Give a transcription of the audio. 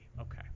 okay